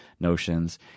notions